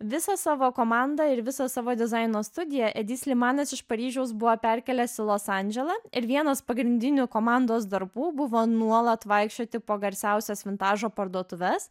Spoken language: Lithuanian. visą savo komandą ir visą savo dizaino studiją edi slimanas iš paryžiaus buvo perkėlęs į los andželą ir vienas pagrindinių komandos darbų buvo nuolat vaikščioti po garsiausias vintažo parduotuves